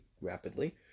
rapidly